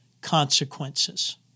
consequences